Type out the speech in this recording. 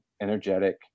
energetic